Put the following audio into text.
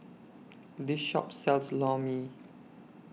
This Shop sells Lor Mee